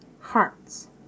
hearts